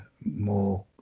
more